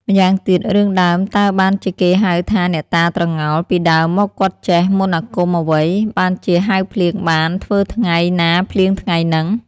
ម៉្យាងទៀត រឿងដើមតើបានជាគេហៅថា "អ្នកតាត្រងោល” ពីដើមមកគាត់ចេះ មន្តអាគមអ្វី បានជាហៅភ្លៀងបាន ធ្វើថ្ងៃ ណាភ្លៀងថ្ងៃហ្នឹង?។